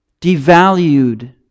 devalued